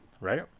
Right